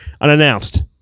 Unannounced